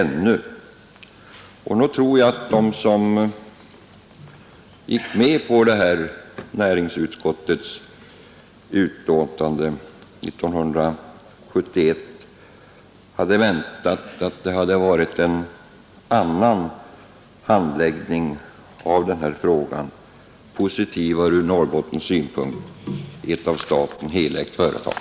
Nog tror jag att de som gick med på skrivningen i näringsutskottets betänkande 1971 hade väntat en annan och ur Norrbottens synpunkt mera positiv handläggning av den här frågan, som dock gäller ett av staten ägt företag.